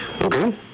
Okay